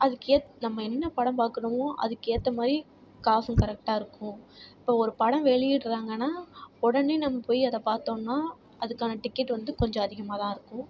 அதுக்கேத் நம்ம என்ன படம் பார்க்கணுமோ அதுக்கேற்ற மாதிரி காசும் கரெக்ட்டாக இருக்கும் இப்போ ஒரு படம் வெளியிடறாங்கனால் உடனே நம்ம போய் அதை பார்த்தோன்னா அதுக்கான டிக்கெட் வந்து கொஞ்சம் அதிகமாக தான் இருக்கும்